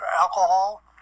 alcohol